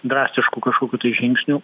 drastiškų kažkokių tai žingsnių